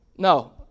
No